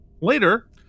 later